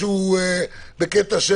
מקובל, נילי.